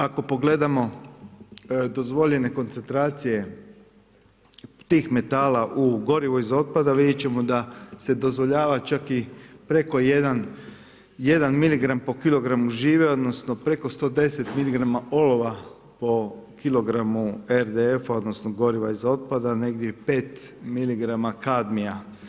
Ako pogledamo dozvoljene koncentracije tih metala u gorivu iz otpada vidjet ćemo da se dozvoljava čak i preko 1 miligram po kilogramu žive, odnosno preko 110 miligrama olova po kilogramu RDF-a, odnosno goriva iz otpada, negdje 5 mm kadmija.